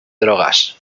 drogas